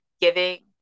giving